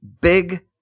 big